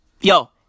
Yo